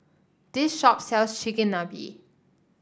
this shop sells Chigenabe